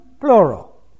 plural